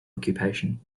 occupation